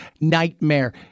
Nightmare